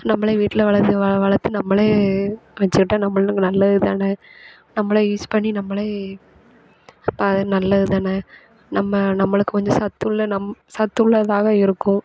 நம்பளே வீட்டில் வளருது வ வளர்த்து நம்பளே வச்சிக்கிட்டால் நம்பளுக்கு நல்லது தானே நம்பளே யூஸ் பண்ணி நம்பளே அப்போ அது நல்லது தானே நம்ம நம்பளுக்கு கொஞ்சம் சத்துள்ள நம் சத்துள்ளதாக இருக்கும்